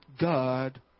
God